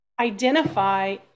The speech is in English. identify